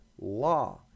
law